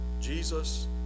Jesus